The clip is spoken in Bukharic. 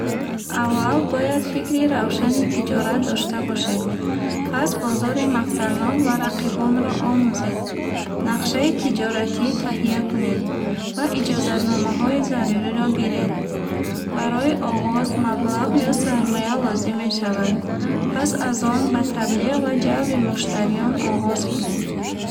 Аввал бояд фикри равшани тиҷорат дошта бошед. Пас бозори мақсаднок ва рақибонро омӯзед. Нақшаи тиҷоратӣ таҳия кунед ва иҷозатномаҳои заруриро гиред. Барои оғоз маблағ ё сармоя лозим мешавад. Пас аз он, ба таблиғ ва ҷалби муштариён оғоз кунед.